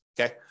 okay